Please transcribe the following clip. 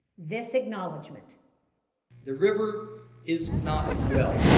this acknowledgment the river is not well.